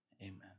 Amen